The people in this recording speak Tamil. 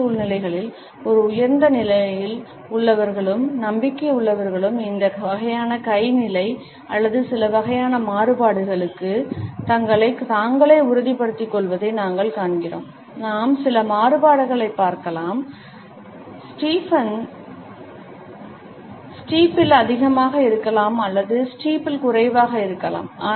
பல சூழ்நிலைகளில் ஒரு உயர்ந்த நிலையில் உள்ளவர்களும் நம்பிக்கையுள்ளவர்களும் இந்த வகையான கை நிலை அல்லது சில வகையான மாறுபாடுகளுக்கு தங்களைத் தாங்களே உறுதிப்படுத்திக் கொள்வதை நாங்கள் காண்கிறோம் நாம் சில மாறுபாடுகளைப் பார்க்கலாம் ஸ்டீப்பிள் அதிகமாக இருக்கலாம் அல்லது ஸ்டீப்பிள் குறைவாகவும் இருக்கலாம்